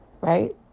right